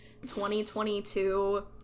2022